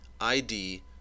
ID